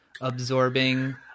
absorbing